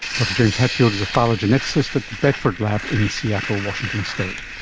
dr james hadfield is a phylogeneticist at the bedford lab in seattle, washington state